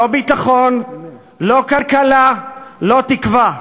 לא ביטחון, לא כלכלה, לא תקווה.